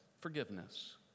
forgiveness